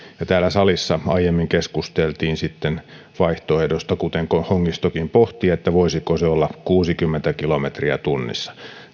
ja täällä salissa aiemmin keskusteltiin sitten vaihtoehdoista kuten hongistokin pohti että voisiko se olla kuusikymmentä kilometriä tunnissa